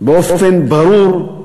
באופן ברור,